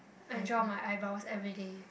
I draw my eyebrows everyday